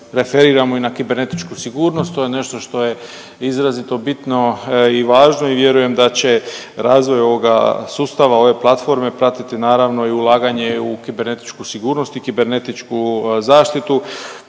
referiramo i na kibernetičku sigurnost, to je nešto što je izrazito bitno i važno i vjerujem da će razvoj ovoga sustava, ove platforme, pratiti naravno i ulaganje u kibernetičku sigurnost i kibernetičku zaštitu.